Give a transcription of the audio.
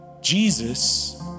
Jesus